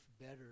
better